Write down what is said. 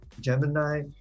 Gemini